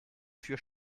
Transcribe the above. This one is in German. für